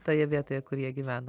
toje vietoje kur jie gyveno